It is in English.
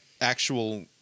actual